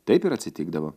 taip ir atsitikdavo